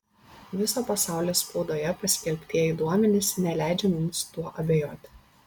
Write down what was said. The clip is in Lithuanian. viso pasaulio spaudoje paskelbtieji duomenys neleidžia mums tuo abejoti